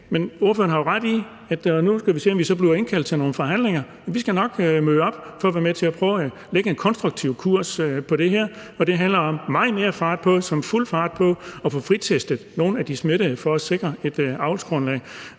Men ordføreren har jo ret i, at vi nu skal se, om vi bliver indkaldt til nogle forhandlinger. Vi skal nok møde op for at være med til at prøve at lægge en konstruktiv kurs på det her, og det handler om meget mere fart på, som i fuld fart på, og få fritestet nogle af de smittede for at sikre et avlsgrundlag.